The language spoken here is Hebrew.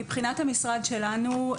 מבחינת המשרד שלנו,